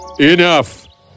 Enough